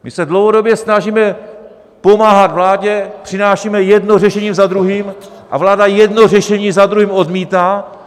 My se dlouhodobě snažíme pomáhat vládě, přinášíme jedno řešení za druhým a vláda jedno řešení za druhým odmítá.